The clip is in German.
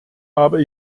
habe